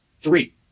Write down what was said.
Three